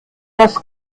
das